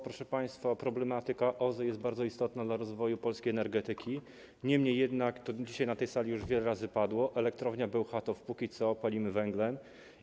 Proszę państwa, problematyka OZE jest bardzo istotna dla rozwoju polskiej energetyki, niemniej jednak - dzisiaj na tej sali wiele razy już to padło - elektrownia Bełchatów póki co pali węglem.